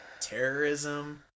terrorism